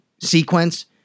sequence